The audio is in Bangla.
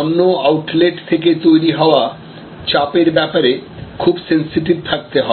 অন্য আউটলেট থেকে তৈরি হওয়া চাপ এর ব্যাপারে খুব সেনসিটিভ থাকতে হয়